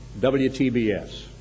WTBS